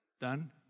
done